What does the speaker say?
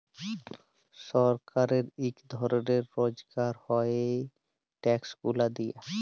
ছরকারের ইক রকমের রজগার হ্যয় ই ট্যাক্স গুলা দিঁয়ে